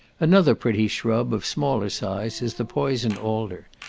another pretty shrub, of smaller size, is the poison alder.